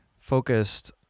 focused